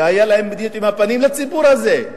והיתה להם מדיניות עם הפנים לציבור הזה.